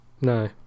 No